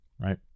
right